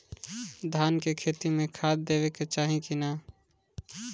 धान के खेती मे खाद देवे के चाही कि ना?